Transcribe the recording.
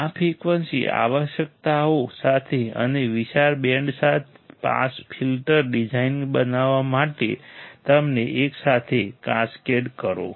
આ ફ્રિકવન્સી આવશ્યકતાઓ સાથે અને વિશાળ બેન્ડ પાસ ફિલ્ટર ડિઝાઇન બનાવવા માટે તેમને એકસાથે કાસ્કેડ કરો